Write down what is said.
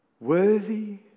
worthy